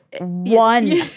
one